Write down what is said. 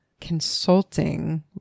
consulting